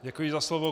Děkuji za slovo.